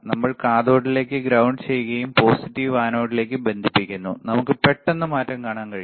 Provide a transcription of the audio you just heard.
നമ്മൾ കാഥോഡിലേക്കു ഗ്രൌണ്ട് ചെയ്യുകയും പോസിറ്റീവ് ആനോഡിലേക്കും ബന്ധിപ്പിക്കുന്നു നമുക്ക് പെട്ടെന്ന് മാറ്റം കാണാൻ കഴിയും